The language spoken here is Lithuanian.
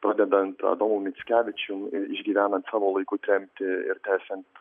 pradedant adomu mickevičium išgyvenant savo laiku tremtį ir tęsiant